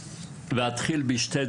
ולהתחיל בשתי דוגמאות,